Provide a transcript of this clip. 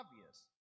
obvious